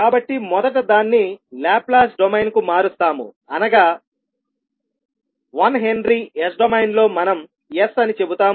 కాబట్టి మొదట దాన్ని లాప్లాస్ డొమైన్కు మారుస్తాము అనగా 1 హెన్రీ s డొమైన్లో మనం s అని చెబుతాము